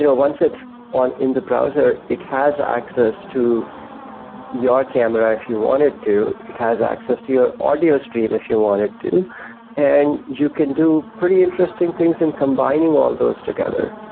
you know once it's in the browser, it has access to your camera if you wanted to. it has access to your audio stream if you wanted to, and you can do pretty interesting things in combining all those together.